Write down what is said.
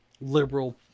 liberal